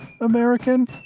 American